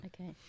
Okay